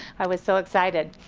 i was so excited.